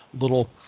little